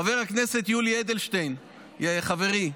חבר הכנסת יולי אדלשטיין, חברי,